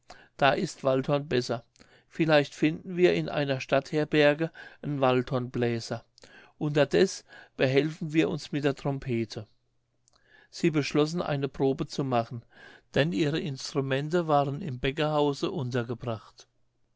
da is waldhorn besser vielleicht finden wir in einer stadtherberge n waldhornbläser unterdes behelfen wir uns mit der trompete sie beschlossen eine probe zu machen denn ihre instrumente waren im bäckerhause untergebracht